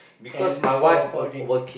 and for for the